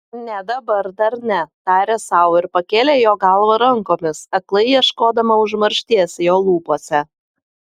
ne dabar dar ne tarė sau ir pakėlė jo galvą rankomis aklai ieškodama užmaršties jo lūpose